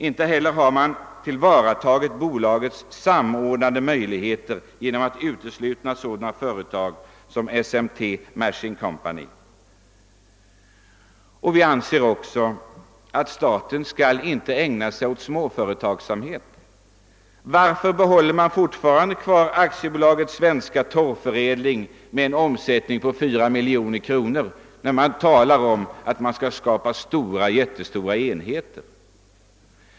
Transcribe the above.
Man har inte heller tillvaratagit bolagets samordnande möjligheter genom att man uteslutit sådana företag som SMT Machine Company. Staten skall inte ägna sig åt småföretagsamhet. Varför har man fortfarande kvar AB Svensk torvförädling som har en omsättning på 4 miljoner kronor per år, när man talar om att man skall skapa jättestora enheter?